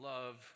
Love